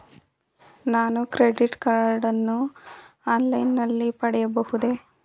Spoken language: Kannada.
ನಾನು ಕ್ರೆಡಿಟ್ ಕಾರ್ಡ್ ಅನ್ನು ಆನ್ಲೈನ್ ನಲ್ಲಿ ಪಡೆಯಬಹುದೇ?